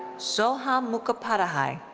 soham mukhopadhyay.